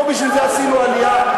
לא בשביל זה עשינו עלייה,